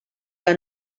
que